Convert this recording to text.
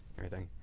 everything.